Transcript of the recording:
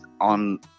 on